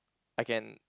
I can